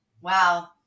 Wow